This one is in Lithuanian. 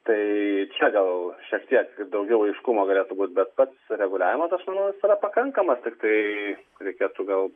tai čia gal šiek tiek daugiau aiškumo galėtų būt bet pats reguliavimas tai aš manau yra pakankamas tiktai reikėtų gal